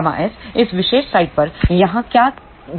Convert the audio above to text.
Ƭs इस विशेष साइड पर यहाँ क्या देख रहा है